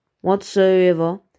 whatsoever